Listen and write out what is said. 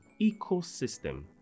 ecosystem